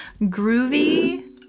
groovy